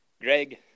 Greg